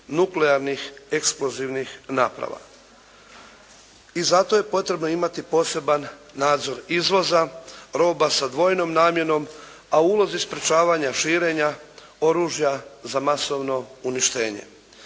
nuklearnih eksplozivnih naprava. I zato je potrebno imati poseban nadzor izvoza roba sa dvojnom namjenom, a u ulozi sprječavanja širenja oružja za masovno uništenje.